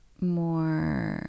more